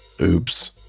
Oops